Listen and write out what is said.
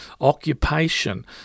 occupation